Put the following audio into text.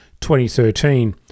2013